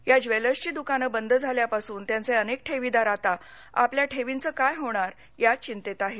या ज्वेलर्सची दुकानं बंद झाल्यापासून त्यांचे अनेक ठेविदार आता आपल्या ठेवींचं काय होणार या चिंतेत आहेत